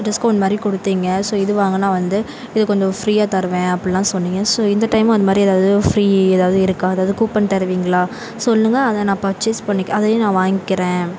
discount மாதிரி கொடுத்தீங்க so இது வாங்கினா வந்து இது கொஞ்சம் ஃப்ரீயாக தருவேன் அப்பிடிலாம் சொன்னீங்க ஸோ இந்த டைமும் அது மாதிரி ஏதாவது ஃப்ரீ ஏதாவது இருக்கா ஏதாவது கூப்பன் தருவீங்களா சொல்லுங்கள் அதை நான் பர்ச்சேஸ் பண்ணிக் அதையும் நான் வாங்கிக்கிறேன்